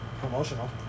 promotional